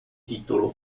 titolo